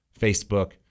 Facebook